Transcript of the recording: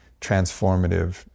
transformative